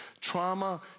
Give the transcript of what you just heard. trauma